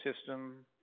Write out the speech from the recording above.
system